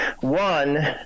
one